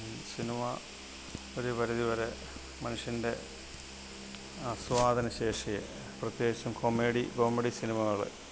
cinema ഒരു പരിധിവരെ മനുഷ്യന്റെ ആസ്വാദനശേഷിയെ പ്രത്യേകിച്ചും കൊമേഡി കോമെഡി സിനിമകള്